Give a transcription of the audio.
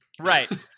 Right